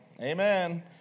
Amen